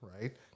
right